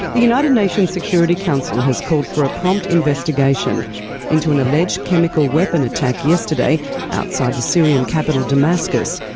the united national security council has called for a prompt investigation into an alleged chemical weapon attack yesterday outside the syrian capital damascus,